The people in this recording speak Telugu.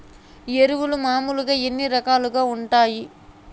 ఎరువులు మామూలుగా ఎన్ని రకాలుగా వుంటాయి?